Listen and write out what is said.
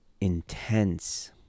intense